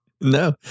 no